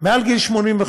מעל גיל 85,